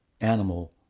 animal